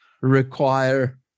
require